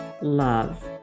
love